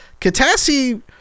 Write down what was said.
Katassi